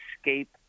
escape